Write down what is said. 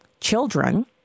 children